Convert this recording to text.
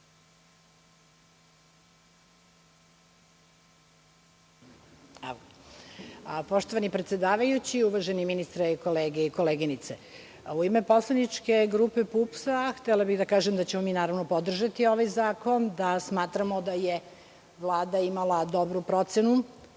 Poštovani predsedavajući, uvaženi ministre, kolege i koleginice, u ime poslaničke grupe PUPS htela bih da kažem da ćemo mi podržati ovaj zakon, da smatramo da je Vlada imala dobru procenu